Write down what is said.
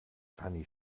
fanny